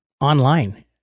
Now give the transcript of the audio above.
online